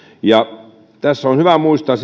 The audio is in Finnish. tässä yhteistyössä on hyvä muistaa